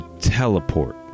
teleport